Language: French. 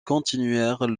continuèrent